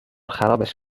خرابش